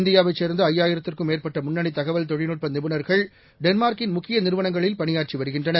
இந்தியாவைச் சேர்ந்த இயாயிரத்திற்கும் மேற்பட்ட முன்னணி தகவல் தொழில்நுட்ப நிபுணர்கள் டென்மார்க்கின் முக்கிய நிறுவனங்களில் பணியாற்றி வருகின்றனர்